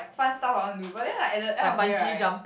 fun stuff I want to do but then like at the end of the day right